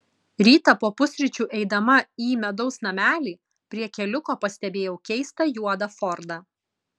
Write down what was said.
rytą po pusryčių eidama į medaus namelį prie keliuko pastebėjau keistą juodą fordą